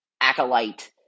Acolyte